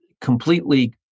completely